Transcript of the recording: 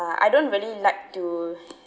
I don't really like to